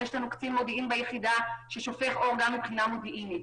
יש לנו קצין מודיעין ביחידה ששופך אור גם מבחינה מודיעינית